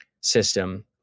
system